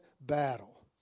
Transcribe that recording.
battle